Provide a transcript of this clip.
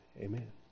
Amen